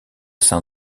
sein